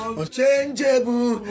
unchangeable